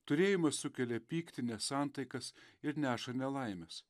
turėjimas sukelia pyktį nesantaikas ir neša nelaimes